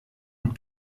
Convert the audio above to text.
und